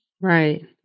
Right